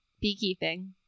Beekeeping